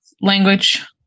language